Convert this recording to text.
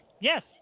Yes